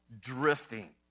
drifting